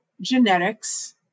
genetics